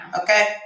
okay